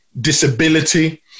disability